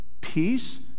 peace